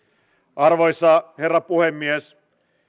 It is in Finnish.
arvoisa herra puhemies